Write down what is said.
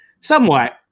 somewhat